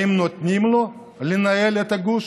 האם נותנים לו לנהל את הגוש?